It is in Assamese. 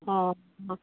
অ'